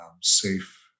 safe